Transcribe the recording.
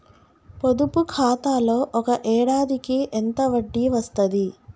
పొదుపు ఖాతాలో ఒక ఏడాదికి ఎంత వడ్డీ వస్తది?